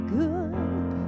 good